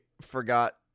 forgot